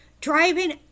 Driving